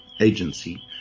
agency